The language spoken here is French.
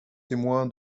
témoin